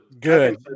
Good